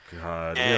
God